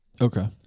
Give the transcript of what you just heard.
Okay